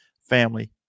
family